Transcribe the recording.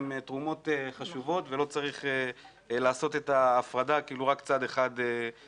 אלה תרומות חשובות ולא צריך לעשות את ההפרדה כאילו רק צד אחד תרם.